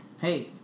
Hey